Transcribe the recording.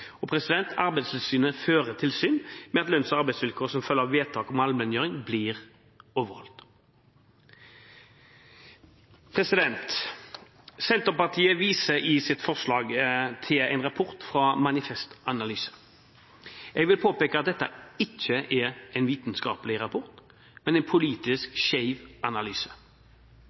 og områder. Arbeidstilsynet fører tilsyn med at lønns- og arbeidsvilkår som følger av vedtak om allmenngjøring, blir overholdt. Senterpartiet viser i sitt forslag til en rapport fra Manifest Analyse. Jeg vil påpeke at dette ikke er en vitenskapelig rapport, men en politisk skjev analyse.